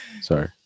Sorry